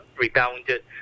rebounded